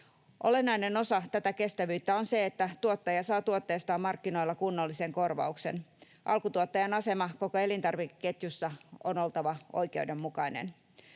Olennainen osa tätä kestävyyttä on se, että tuottaja saa tuotteistaan markkinoilla kunnollisen korvauksen. Alkutuottajan aseman koko elintarvikeketjussa on oltava oikeudenmukainen.